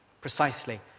precisely